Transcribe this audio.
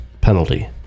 penalty